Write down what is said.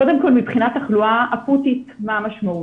קודם כל, מבחינת תחלואה אקוטית, מה המשמעות.